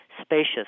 spacious